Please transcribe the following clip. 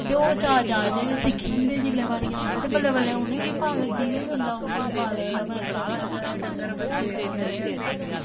ते ओह् चाऽ चाऽ च गै सिक्खी जंदे जिन्ने बारी औंदे ते बल्लै बल्लै उ'नें गी बी पता लग्गी गै जंदा उ'नें बी पता लगदा भला कि'यां डंगर बच्छु रक्खे दे असें